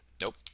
Nope